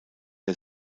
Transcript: der